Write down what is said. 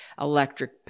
electric